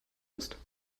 ist